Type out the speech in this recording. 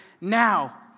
now